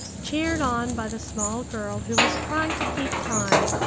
cheered on by the small girl who was trying to keep time,